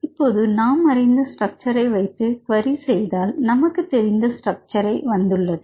இப்பொழுது நாம் அறிந்த ஸ்ட்ரக்ச்சர்ஐ வைத்து குவேரி செய்ததால் நமக்கு தெரிந்த ஸ்ட்ரக்ச்சர்ஐ வந்துள்ளது